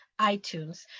iTunes